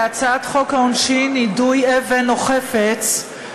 בהצעת חוק העונשין (יידוי אבן או ירי של אבן או חפץ אחר),